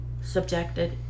subjected